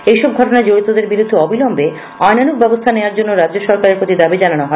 এই সব ঘটনায় জরিতদের বিরুদ্ধে অবিলম্বে আইনানুগ ব্যবস্থা নেওয়ার জন্য রাজ্য সরকারের কাছে দাবি জানানো হয়েছে